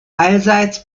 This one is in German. allseits